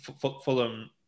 Fulham